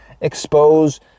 expose